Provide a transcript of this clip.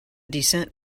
descent